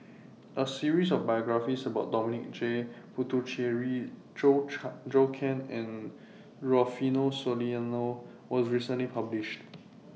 A series of biographies about Dominic J Puthucheary Zhou Can and Rufino Soliano was recently published